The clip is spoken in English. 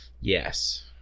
Yes